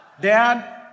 Dad